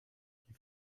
die